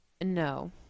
No